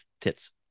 tits